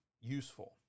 useful